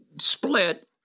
split